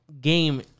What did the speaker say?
game